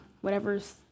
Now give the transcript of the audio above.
whatever's